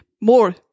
more